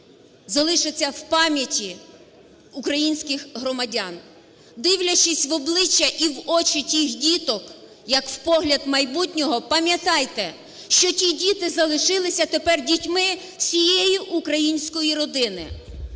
залишаться в пам'яті українських громадян. Дивлячись в обличчя і в очі тих діток як в погляд майбутнього, пам'ятайте, що ті діти залишилися тепер дітьми всієї української родини.